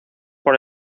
por